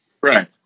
Right